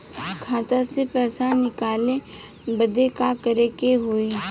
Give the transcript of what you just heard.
खाता से पैसा निकाले बदे का करे के होई?